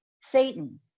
Satan